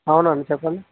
అవునండి చెప్పండి